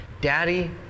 Daddy